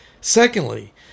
Secondly